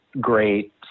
great